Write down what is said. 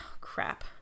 crap